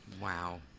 Wow